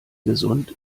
gesund